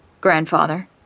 Grandfather